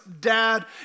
dad